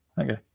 Okay